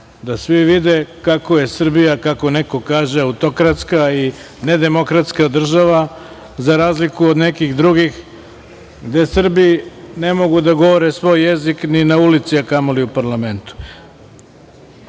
da svi vide kako je Srbija, kako neko kaže, autokratska i nedemokratska država, za razliku od nekih drugih, gde Srbi ne mogu da govore svoj jezik ni na ulici, a kamoli u parlamentu. Samo